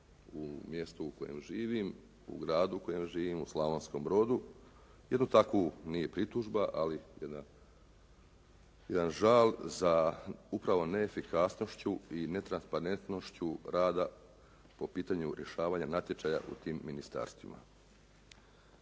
u mjestu u kojem živim, u gradu u kojem živim u Slavonskom Brodu jednu takvu, nije pritužba, ali jedan žal sa upravo neefikasnošću i netransparentnošću rada po pitanju rješavanja natječaja u tim ministarstvima.